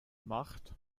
macht